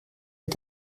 est